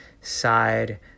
side